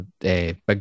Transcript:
big